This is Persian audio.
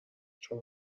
چون